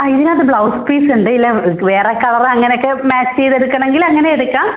ആ ഇതിനകത്ത് ബ്ലൗസ് പീസുണ്ട് ഇല്ല വേറെ കളർ അങ്ങനെയൊക്കെ മാച്ച് ചെയ്തു എടുക്കണമെങ്കിൽ അങ്ങനെ എടുക്കാം